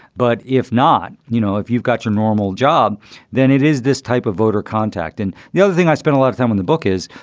but if not, you know, if you've got your normal. job then it is this type of voter contact, and the other thing i spent a lot of time in the book is,